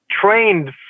trained